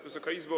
Wysoka Izbo!